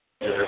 Yes